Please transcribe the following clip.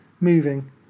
moving